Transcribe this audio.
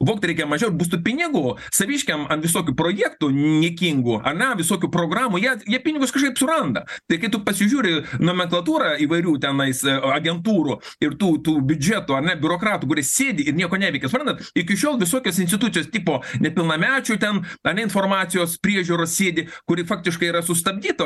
vogt reikia mažiau ir bus tų pinigų saviškiam an visokių projektų niekingų ar ne visokių programų jei jie pinigus kažkaip suranda tai kai tu pasižiūri nomenklatūrą įvairių tenais agentūrų ir tų tų biudžetų ar ne biurokratų sėdi ir nieko neveikia suprantat iki šiol visokios institucijos tipo nepilnamečių ten ane informacijos priežiūros sėdi kuri faktiškai yra sustabdyto